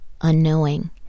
unknowing